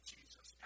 Jesus